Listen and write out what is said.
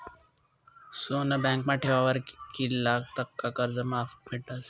सोनं बँकमा ठेवावर कित्ला टक्का कर्ज माफ भेटस?